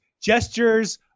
gestures